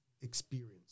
experience